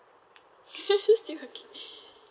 still okay